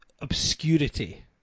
obscurity